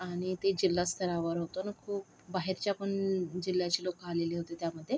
आणि ते जिल्हास्तरावर होतं खूप बाहेरच्या पण जिल्ह्याची लोकं आलेली होती त्यामध्ये